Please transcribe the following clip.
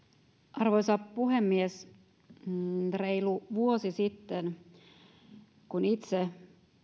arvoisa puhemies reilu vuosi sitten kun itse